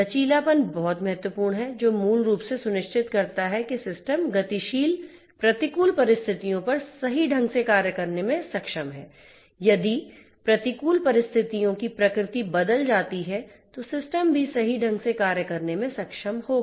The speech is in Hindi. लचीलापन बहुत महत्वपूर्ण है जो मूल रूप से सुनिश्चित करता है कि सिस्टम गतिशील प्रतिकूल परिस्थितियों पर सही ढंग से कार्य करने में सक्षम है यदि प्रतिकूल परिस्थितियों की प्रकृति बदल जाती है तो सिस्टम भी सही ढंग से कार्य करने में सक्षम होगा